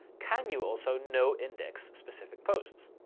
can you also no-index specific posts?